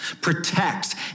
Protect